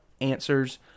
answers